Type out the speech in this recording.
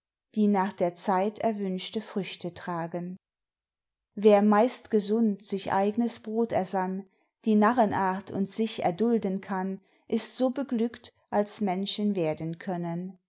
die nach der zeit erwünschte früchte tragen wer meist gesund sich eignes brot ersann die narrenart und sich erdulden kann ist so beglückt als menschen werden können